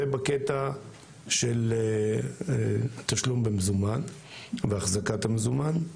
זה בקטע של תשלום במזומן והחזקת המזומן.